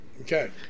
Okay